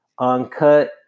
Uncut